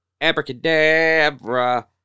Abracadabra